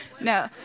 No